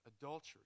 adultery